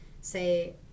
say